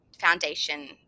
foundation